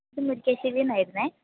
ഇത് മുരിക്കാശ്ശേരിയിൽ നിന്നായിരുന്നു